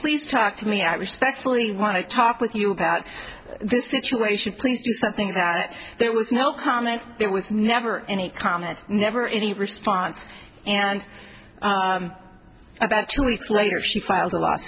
please talk to me i respectfully want to talk with you about this situation please do something about it there was no comment there was never any comment never any response and about two weeks later she filed a l